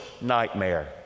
nightmare